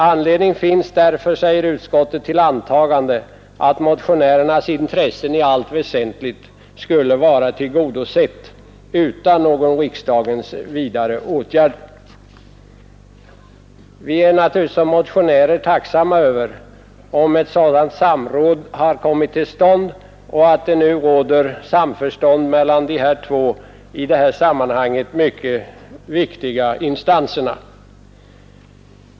— ”Anledning finns därför”, fortsätter utskottet, ”till antagande att motionärernas intresse i allt väsentligt skulle vara tillgodosett utan någon riksdagens vidare åtgärd.” Som motionärer är vi naturligtvis tacksamma om ett sådant samråd har kommit till stånd och det nu råder samförstånd mellan dessa två i det här sammanhanget mycket viktiga instanser.